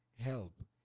help